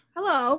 Hello